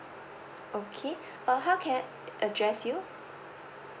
okay uh how can I address you